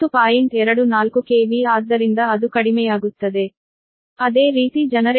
24 KV ಆದ್ದರಿಂದ ಅದು ಕಡಿಮೆಯಾಗುತ್ತದೆ